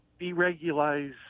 deregulize